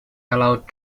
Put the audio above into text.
allowed